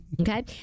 Okay